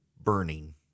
burning